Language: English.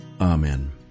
Amen